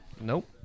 Nope